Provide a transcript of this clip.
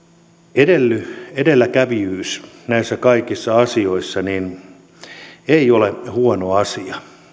edelläkävijyys näissä kaikissa asioissa ei ole huono asia